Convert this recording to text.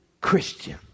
Christian